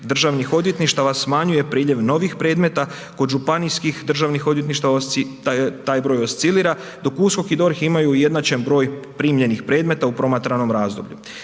državnih odvjetništava smanjuje priljev novih predmeta, kod županijskih državnih odvjetništava taj broj oscilira dok USKOK i DORH imaju ujednačen broj primljenih predmeta u promatranom razdoblju.